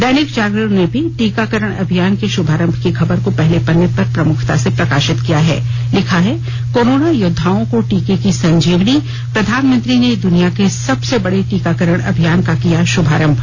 दैनिक जागरण ने भी टीकाकरण अभियान के भाुभारंभ की खबर को पहले पन्ने पर प्रमुखता से प्रकाशित किया है लिखा है कोराना योद्वाओं को टीके की संजीवनी प्रधानमंत्री ने दुनिया के सबसे बड़े टीकाकरण अभियान का किया भाुभारंभ